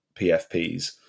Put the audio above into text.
PFPs